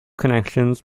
connections